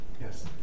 Yes